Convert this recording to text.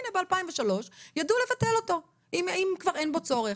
הנה, ב-2003 ידעו לבטל אותו, אם כבר אין בו צורך.